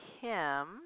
Kim